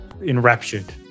enraptured